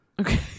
okay